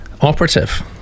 operative